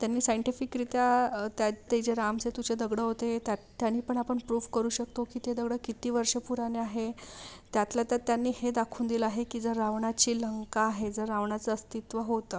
त्यांनी सायन्टीफिकरित्या त्यात ते जे रामसेतूचे दगडं होते त्यात त्याने पण आपण प्रूफ करू शकतो की ते दगडं किती वर्ष पुराने आहे त्यातल्या त्यात त्यांनी हे दाखवून दिलं आहे की जर रावणाची लंका आहे जर रावणाचं अस्तित्व होतं